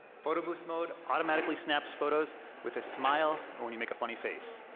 photobooth mode automatically snaps photos with a smile or when you make a funny face.